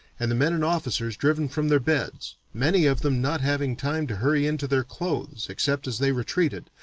and the men and officers driven from their beds, many of them not having time to hurry into their clothes, except as they retreated,